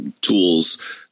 tools